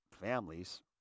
families